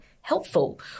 helpful